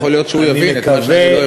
יכול להיות שהוא יבין את מה שאני לא הבנתי.